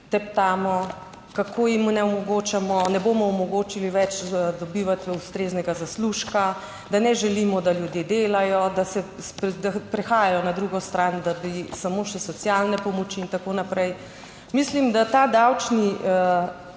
ne omogočamo, ne bomo omogočili več dobivati ustreznega zaslužka, da ne želimo, da ljudje delajo, da prehajajo na drugo stran, da bi samo še socialne pomoči in tako naprej. Mislim, da ta davčni